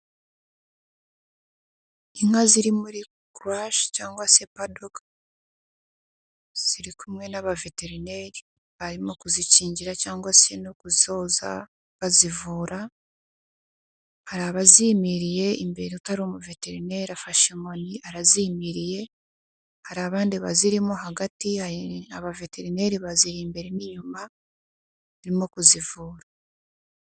Inka ziri muri grorush cyangwa se padk, ziri kumwe n'aba veterineri barimo kuzikingira cyangwa se no kuzoza, bazivura, hari abazimiriye, imbere utari umuveterineri afashe inkoni arazimiriye, hari abandi bazirimo hagati, hari abaveterineri baziye imbere n'inyuma baririmo kuzivura.